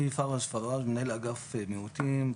אני מנהל אגף מיעוטים,